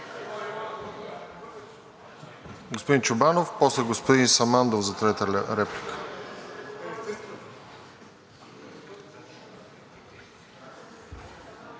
Господин Чобанов, после господин Самандов за трета реплика.